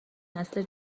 نسل